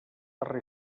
darrer